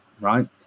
Right